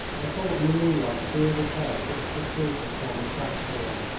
i saw in the moonlight a bearded head, which protruded from a trap-door.